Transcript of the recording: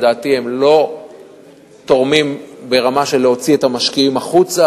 לדעתי הם לא תורמים ברמה של להוציא את המשקיעים החוצה,